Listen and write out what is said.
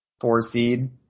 four-seed